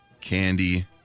candy